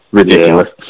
ridiculous